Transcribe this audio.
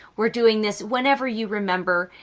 we're doing this whenever you remember.